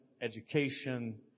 education